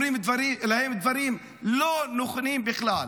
אומרים להם דברים לא נכונים בכלל.